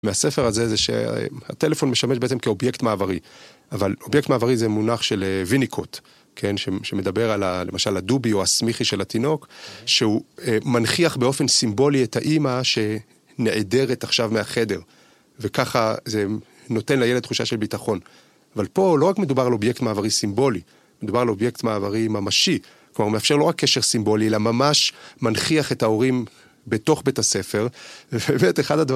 מהספר הזה זה שהטלפון משמש בעצם כאובייקט מעברי, אבל אובייקט מעברי זה מונח של ויניקוט, שמדבר על למשל הדובי או השמיכי של התינוק, שהוא מנכיח באופן סימבולי את האימא שנעדרת עכשיו מהחדר, וככה זה נותן לילד תחושה של ביטחון. אבל פה לא רק מדובר על אובייקט מעברי סימבולי, מדובר על אובייקט מעברי ממשי. כלומר, הוא מאפשר לא רק קשר סימבולי, אלא ממש מנכיח את ההורים בתוך בית הספר, ובאמת, אחד הדברים...